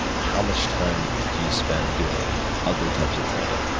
how much time do you spend doing other types of training,